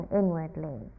inwardly